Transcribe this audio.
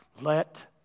Let